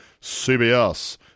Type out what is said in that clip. CBS